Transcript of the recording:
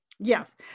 Yes